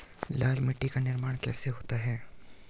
लाल मिट्टी का निर्माण कैसे होता है?